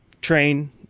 train